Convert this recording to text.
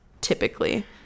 typically